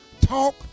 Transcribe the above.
talk